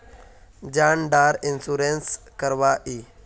जान डार इंश्योरेंस की करवा ई?